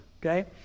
okay